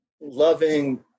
loving